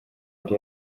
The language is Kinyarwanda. yari